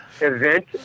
Event